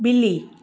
बि॒ली